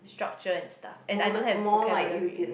structure and stuff and I don't have vocabulary